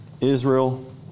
Israel